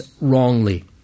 wrongly